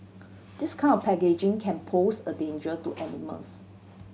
this kind of packaging can pose a danger to animals